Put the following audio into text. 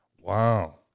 wow